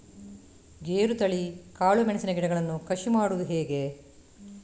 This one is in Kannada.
ಗೇರುತಳಿ, ಕಾಳು ಮೆಣಸಿನ ಗಿಡಗಳನ್ನು ಕಸಿ ಮಾಡುವುದು ಹೇಗೆ?